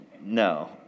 no